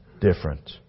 different